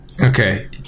Okay